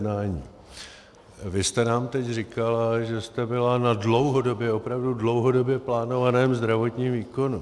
Vy jste nám teď říkala, že jste byla na dlouhodobě, opravdu dlouhodobě plánovaném zdravotním výkonu.